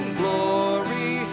glory